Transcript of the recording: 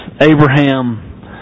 Abraham